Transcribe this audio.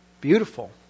Beautiful